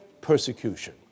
persecution